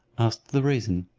asked the reason.